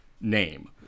name